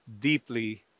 deeply